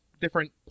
different